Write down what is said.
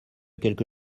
quelque